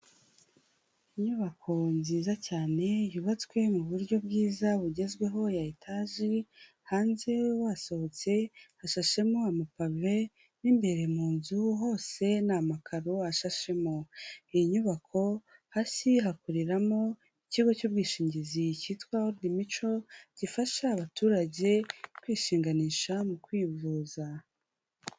Inyubako nziza cyane, yubatswe mu buryo bwiza bugezweho ya etaji, hanze wasohotse hashashemo amapave, mu imbere mu nzu hose ni amakaro ashashemo, iyi nyubako, hasi hakoreramo ikigo cy'ubwishingizi cyitwa wodi mico, gifasha abaturage kwishinganisha mu kwivuza.